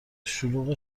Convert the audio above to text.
شلوغ